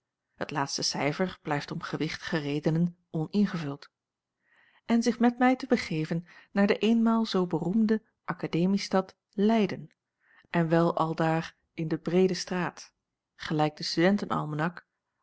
het laatste cijfer blijft om gewichtige redenen oningevuld en zich met mij te begeven naar de eenmaal zoo beroemde akademiestad leyden en wel aldaar in de breede straat gelijk de